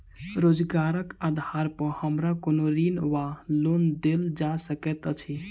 रोजगारक आधार पर हमरा कोनो ऋण वा लोन देल जा सकैत अछि?